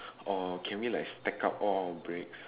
or can we like stack up all our breaks